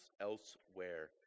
elsewhere